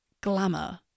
glamour